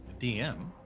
DM